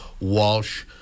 Walsh